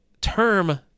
term